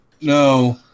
No